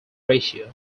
ratio